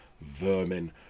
vermin